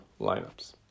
lineups